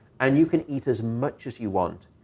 and you can eat as much as you want.